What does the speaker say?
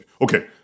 Okay